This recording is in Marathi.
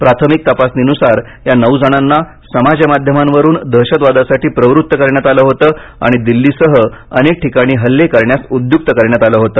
प्राथमिक तपासणीनुसार या नऊ जणांना समाज माध्यमांवरून दहशतवादासाठी प्रवृत्त करण्यात आले होते आणि दिल्लीसह अनेक ठिकाणी हल्ले करण्यास उद्युक्त केले होते